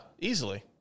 easily